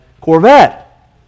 Corvette